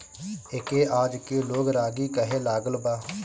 एके आजके लोग रागी कहे लागल बा